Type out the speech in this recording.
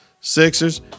Sixers